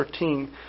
13